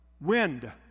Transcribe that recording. wind